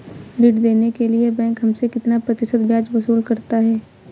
ऋण देने के लिए बैंक हमसे कितना प्रतिशत ब्याज वसूल करता है?